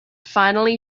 finally